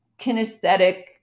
kinesthetic